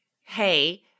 Hey